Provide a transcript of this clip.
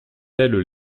elles